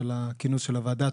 על הכינוס של הוועדה,